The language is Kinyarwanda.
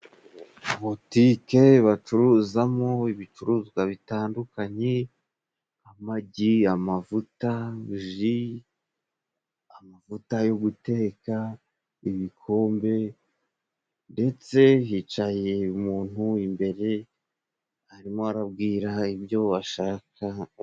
Butike bacuruzamo ibicuruzwa bitandukanye amagi, amavuta, ji, amavuta yo guteka, ibikombe ndetse hicaye umuntu imbere arimo arabwira ibyo ashaka...